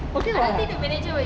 okay [what]